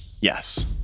Yes